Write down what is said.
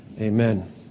amen